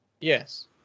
Yes